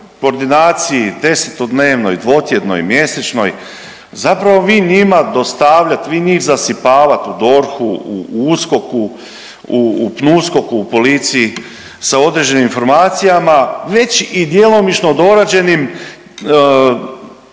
koordinaciji desetodnevnoj, dvotjednoj, mjesečnoj zapravo vi njima dostavljati, vi njih zasipat u DORH-u, u USKOK-u, u PNUSKOK-u, u policiji sa određenim informacijama već i djelomično dorađenim